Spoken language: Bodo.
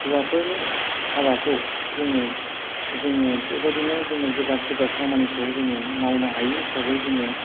हौवाफोरनि हाबाखौ जोङो जोङो बेबायदिनो जोंनि गोब्राब गोब्राब खामानिखौ जोङो मावनो हायो हिसाबै जोङो